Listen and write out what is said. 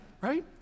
right